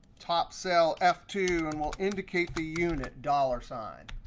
top cell f two. and we'll indicate the unit, dollar sign.